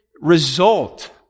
result